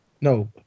No